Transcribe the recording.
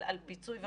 על פיצוי וכו'